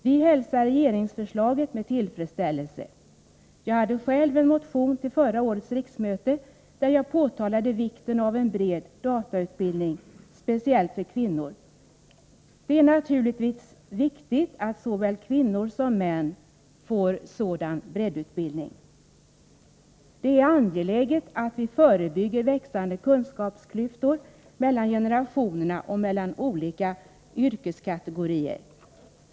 Vi hälsar regeringsförslaget med tillfredsställelse. Jag hade själv en motion till förra årets riksmöte där jag påpekade vikten av en bred datautbildning, speciellt för kvinnor. Det är naturligtvis viktigt att såväl kvinnor som män får sådan breddutbildning. Det är angeläget att vi förebygger växande kunskapsklyftor mellan generationerna och mellan olika yrkeskategorier.